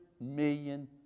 million